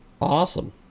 awesome